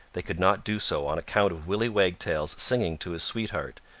they could not do so on account of willy wagtail's singing to his sweetheart,